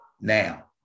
Now